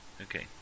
okay